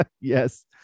Yes